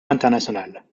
international